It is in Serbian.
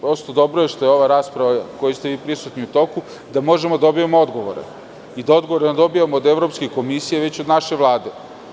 Dobro je što je ova rasprava, na kojoj ste prisutni, u toku da možemo da dobijemo odgovore i da odgovore ne dobijamo od Evropske komisije, već od naše Vlade.